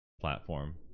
platform